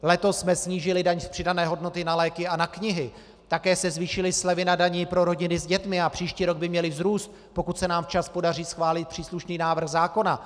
Letos jsme snížili daň z přidané hodnoty na léky a na knihy, také se zvýšily slevy na dani pro rodiny s dětmi a příští rok by měly vzrůst, pokud se nám včas podaří schválit příslušný návrh zákona.